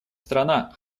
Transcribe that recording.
страна